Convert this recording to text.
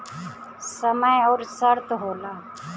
समय अउर शर्त होला